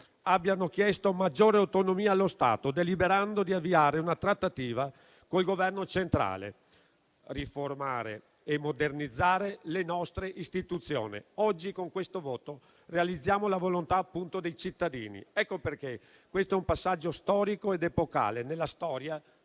hanno chiesto maggiore autonomia allo Stato, deliberando di avviare una trattativa col Governo centrale. Riformare e modernizzare le nostre istituzioni: oggi, con questo voto, realizziamo appunto la volontà dei cittadini. Ecco perché questo è un passaggio storico ed epocale, nella storia